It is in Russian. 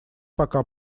пока